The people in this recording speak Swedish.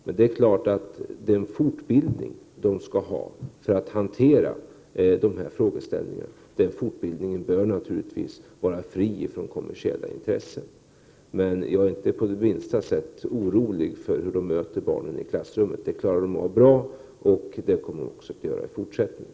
Men den fortbildning som lärarna skall ha för att hantera dessa frågor bör naturligtvis vara fri ftrån kommersiella intressen. Jag är inte på det minsta sätt orolig för hur lärarna möter barnen i klassrummet. Det klarar de av bra, och det kommer de att göra även i fortsättningen.